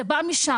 זה בא משם,